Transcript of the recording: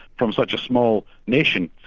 from such a small nation.